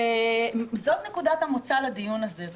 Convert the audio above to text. זאת נקודת המוצא לדיון הזה.